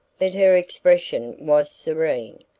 but her expression was serene,